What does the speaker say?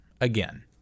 again